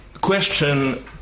Question